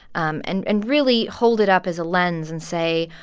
um and and really hold it up as a lens and say,